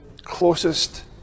closest